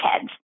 kids